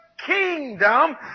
Kingdom